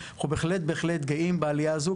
אנחנו בהחלט בהחלט גאים בעלייה הזו,